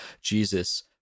Jesus